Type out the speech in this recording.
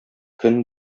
көн